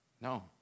No